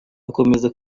bakomeza